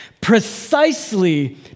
precisely